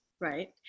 right